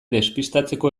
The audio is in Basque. despistatzeko